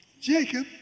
Jacob